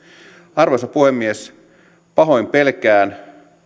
arvoisa puhemies pahoin pelkään